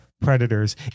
predators